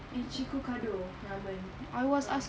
Ichikokudo ramen a'ah